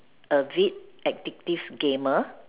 a bit addictive gamer